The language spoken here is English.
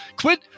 Quit